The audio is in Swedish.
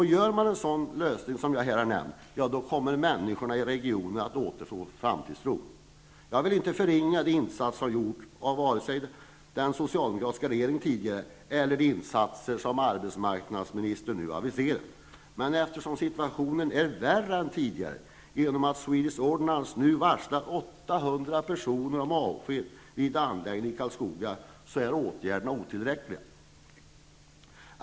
Gör man en sådan lösning som jag här har nämnt, då kommer människorna i regionen att återfå framtidstron. Jag vill inte förringa vare sig de insatser som gjorts av den socialdemokratiska regeringen tidigare eller de insatser som arbetsmarknadsministern nu aviserat. Men eftersom situationen är värre än tidigare genom att Swedish Ordnance nu varslat Karlskoga, är åtgärderna otillräckliga.